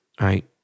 right